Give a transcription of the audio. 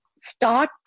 start